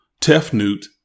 Tefnut